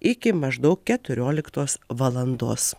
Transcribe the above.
iki maždaug keturioliktos valandos